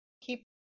keep